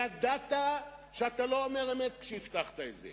ידעת שאתה לא אומר אמת כשהבטחת את זה,